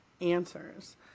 answers